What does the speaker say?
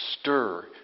stir